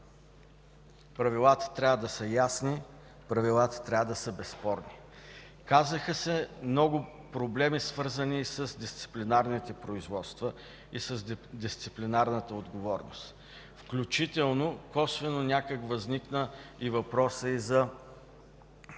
Правилата трябва да са ясни, правилата трябва да са безспорни. Казаха се много проблеми, свързани с дисциплинарните производства и с дисциплинарната отговорност, включително косвено някак възникна и въпросът за